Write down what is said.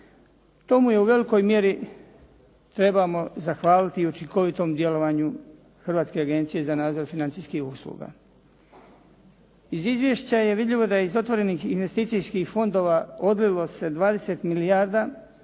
Tomu u velikoj mjeri trebamo zahvaliti i učinkovitom djelovanju Hrvatske agencije za nadzor financijskih usluga. Iz izvješća je vidljivo da je iz otvorenih investicijskih fondova odlilo se 20 milijardi